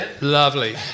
Lovely